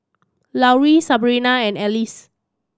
Lauri Sabrina and Alcie